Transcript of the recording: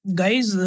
guys